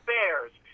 Bears